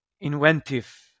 inventive